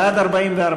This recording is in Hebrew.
בעד, 44,